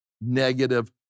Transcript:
negative